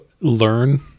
learn